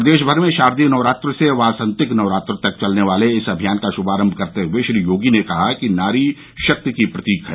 प्रदेश भर में शारदीय नवरात्र से वासन्तिक नवरात्र तक चलने वाले इस अभियान का शुभारम्भ करते हुए श्री योगी ने कहा कि नारी शक्ति की प्रतीक है